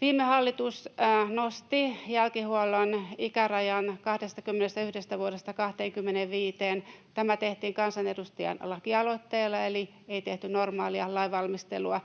Viime hallitus nosti jälkihuollon ikärajan 21 vuodesta 25:een. Tämä tehtiin kansanedustajan lakialoitteella eli ei tehty normaalia lainvalmistelua.